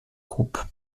groupe